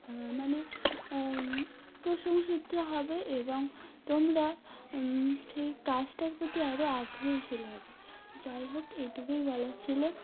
মানে প্রশংসিত হবে এবং তোমরা সেই কাজটার প্রতি আরও আগ্রহশীল হবে যাই হোক এটুকুই বলা ছিল